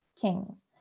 kings